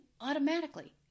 automatically